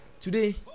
today